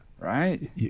Right